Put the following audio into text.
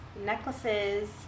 necklaces